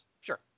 sure